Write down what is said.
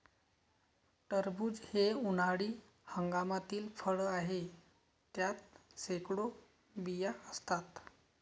टरबूज हे उन्हाळी हंगामातील फळ आहे, त्यात शेकडो बिया असतात